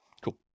Cool